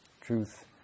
truth